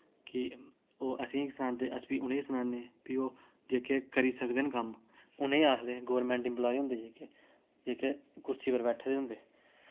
की ओ असें ई सनांदे अस फ्ही उ'नें ई सनान्ने फ्ही ओह् जेह्के करी सकदे कम्म उ'नें आखदे गौरमेंट एम्प्लाय होंदे जेह्के जेह्के कुर्सी पर बैठे दे होंदे